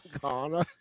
Connor